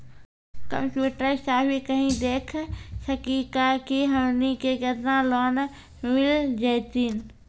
Computer सा भी कही देख सकी का की हमनी के केतना लोन मिल जैतिन?